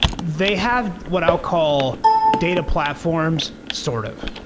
they have what i'll call data platforms sort of.